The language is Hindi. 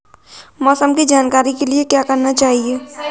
मौसम की जानकारी के लिए क्या करना चाहिए?